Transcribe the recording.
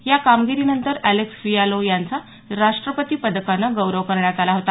या कामगिरीनंतर Alex Fialoh यांचा राष्ट्रपती पदकानं गौरव करण्यात आला होता